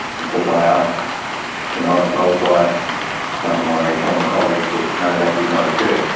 because i asked and i was told by some of my former colleagues that no, that did not occur.